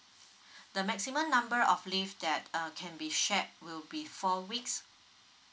the maximum number of leave that uh can be shared will be four weeks